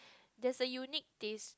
there's a unique taste